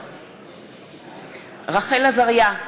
בעד רחל עזריה,